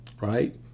right